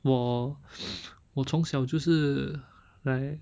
我 我从小就是 like